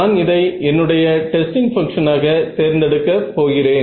நான் இதை என்னுடைய டெஸ்டிங் பங்ஷனாக தேர்ந்தெடுக்க போகிறேன்